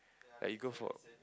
like you go for